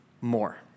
more